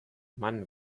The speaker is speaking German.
mann